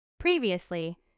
Previously